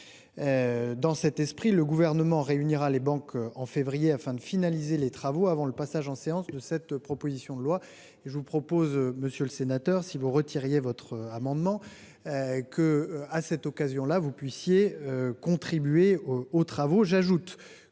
Dans cet esprit, le gouvernement réunira les banques en février afin de finaliser les travaux avant le passage en séance de cette proposition de loi et je vous propose, monsieur le sénateur. Si vous retiriez votre amendement. Que à cette occasion là vous puissiez contribuer aux travaux. J'ajoute